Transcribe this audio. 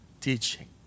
teaching